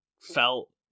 felt